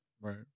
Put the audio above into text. Right